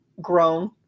grown